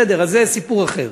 בסדר, זה סיפור אחר.